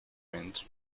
winds